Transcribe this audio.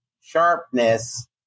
sharpness